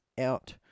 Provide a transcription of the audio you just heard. out